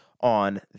on